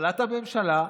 להפלת הממשלה,